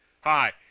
Hi